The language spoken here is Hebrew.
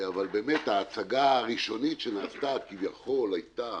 אבל באמת ההצגה הראשונית שנעשתה כביכול, היתה